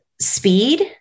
speed